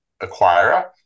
acquirer